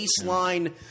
baseline